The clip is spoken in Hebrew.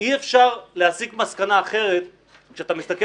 אי-אפשר להסיק מסקנה אחרת כשאתה מסתכל